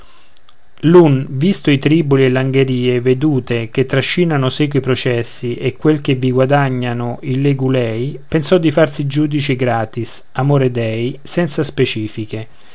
l'un visto i triboli e l'angherie vedute che trascinano seco i processi e quel che vi guadagnano i legulei pensò di farsi giudice gratis amore dei senza specifiche